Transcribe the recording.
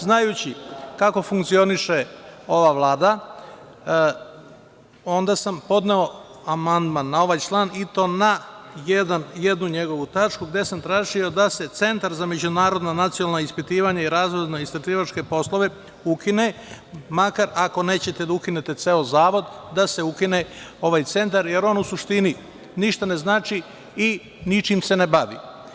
Znajući kako funkcioniše ova Vlada, onda sam podneo amandman na ovaj član, i to na jednu njegovu tačku gde sam tražio da se Centar za međunarodno-nacionalna ispitivanja i razvojno-istraživačke poslove ukine, makar ako nećete da ukinete ceo zavod, da se ukine ovaj centar, jer on u suštini ništa ne znači i ničim se ne bavi.